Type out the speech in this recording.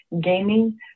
gaming